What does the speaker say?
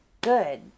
good